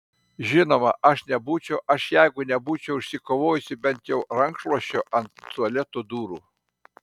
žinoma aš nebūčiau aš jeigu nebūčiau išsikovojusi bent jau rankšluosčio ant tualeto durų